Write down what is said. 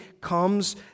comes